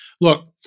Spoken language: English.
Look